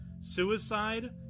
Suicide